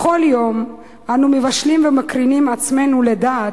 בכל יום אנו מבשלים ומקרינים עצמנו לדעת,